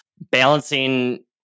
balancing